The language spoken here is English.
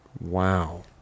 Wow